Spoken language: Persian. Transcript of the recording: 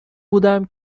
بودم